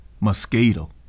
mosquito